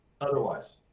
otherwise